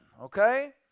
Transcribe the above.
okay